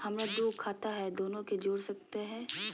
हमरा दू खाता हय, दोनो के जोड़ सकते है?